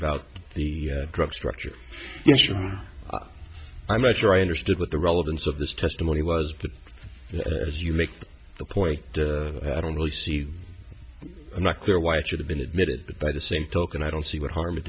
about the drug structure issue i'm not sure i understood what the relevance of this testimony was as you make the point i don't really see i'm not clear why it should have been admitted by the same token i don't see what harm it